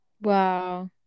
wow